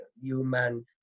human